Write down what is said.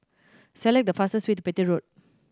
select the fastest way to Petir Road